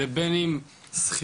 בין אם סחיטות,